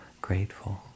grateful